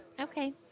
Okay